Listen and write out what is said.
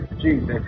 jesus